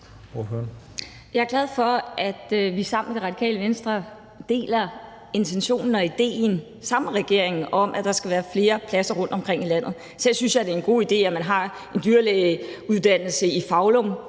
Jeg er glad for, at vi sammen med Radikale Venstre deler intentionen og idéen sammen med regeringen om, at der skal være flere pladser rundtomkring i landet. Selv synes jeg, det er en god idé, at man har en dyrlægeuddannelse i Foulum,